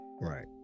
Right